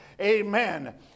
Amen